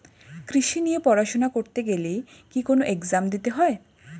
কৃষি নিয়ে পড়াশোনা করতে গেলে কি কোন এগজাম দিতে হয়?